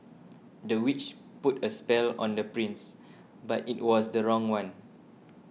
the witch put a spell on the prince but it was the wrong one